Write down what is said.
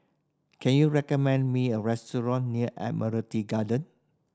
can you recommend me a restaurant near Admiralty Garden